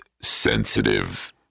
sensitive